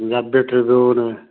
Punjabi Tribune